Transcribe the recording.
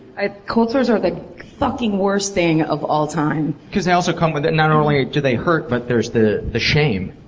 cold sores are the fucking worst thing of all time. because they also come with. not only do they hurt, but there's the the shame.